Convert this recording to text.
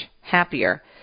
happier